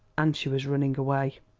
and she was running away.